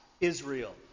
Israel